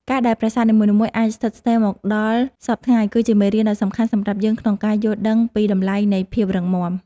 ការដែលប្រាសាទនីមួយៗអាចស្ថិតស្ថេរមកដល់សព្វថ្ងៃគឺជាមេរៀនដ៏សំខាន់សម្រាប់យើងក្នុងការយល់ដឹងពីតម្លៃនៃភាពរឹងមាំ។